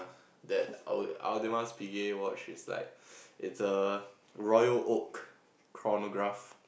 that watch it's like it's a royal oak chronograph